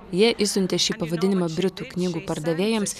jie išsiuntė šį pavadinimą britų knygų pardavėjams